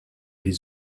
les